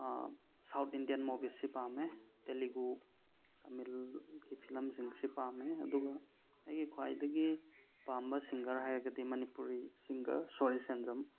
south Indian ꯃꯨꯕꯤꯁꯁꯤ ꯄꯥꯝꯃꯦ ꯇꯦꯂꯤꯒꯨ ꯇꯥꯃꯤꯜꯒꯤ ꯐꯤꯂꯝꯁꯤꯡꯁꯤ ꯄꯥꯝꯃꯦ ꯑꯗꯨꯒ ꯑꯩꯒꯤ ꯈ꯭ꯋꯥꯏꯗꯒꯤ ꯄꯥꯝꯕ ꯁꯤꯡꯒꯔ ꯍꯥꯏꯔꯒꯗꯤ ꯃꯅꯤꯄꯨꯔꯤ ꯁꯤꯡꯒꯔ ꯁꯣꯔꯤ ꯁꯦꯟꯖꯝ